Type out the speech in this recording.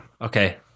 Okay